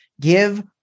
give